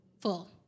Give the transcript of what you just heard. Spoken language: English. full